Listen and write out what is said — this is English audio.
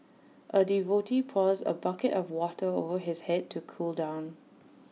A devotee pours A bucket of water over his Head to cool down